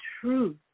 truth